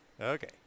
okay